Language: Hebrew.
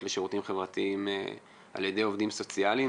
לשירותים חברתיים על-ידי עובדים סוציאליים.